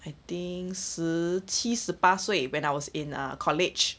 I think 十七十八岁 when I was in college